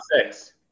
six